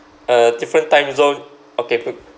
a different time zone okay pla~